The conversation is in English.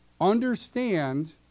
understand